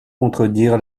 contredire